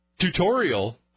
tutorial